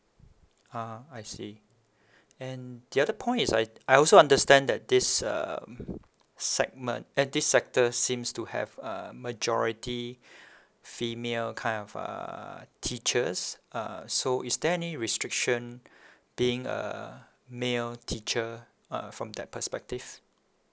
ah I see and the other point is I I also understand that this uh segment eh this sector seems to have a majority female kind of a teachers uh so is there any restriction being a male teacher uh from that perspective